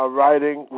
writing